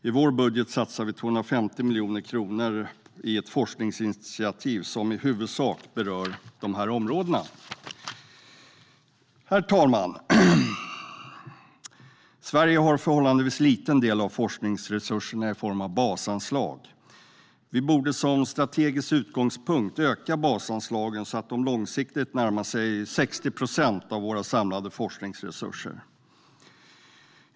I vår budget satsar vi 250 miljoner kronor i ett forskningsinitiativ som i huvudsak berör de områdena. Herr ålderspresident! Sverige har en förhållandevis liten del av forskningsresurserna i form av basanslag. Vi borde som strategisk utgångspunkt öka basanslagen, så att de långsiktigt närmar sig 60 procent av våra samlade forskningsresurser.